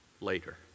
later